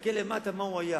תסתכל למטה מה הוא היה.